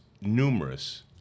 numerous